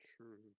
True